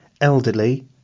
elderly